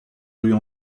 rues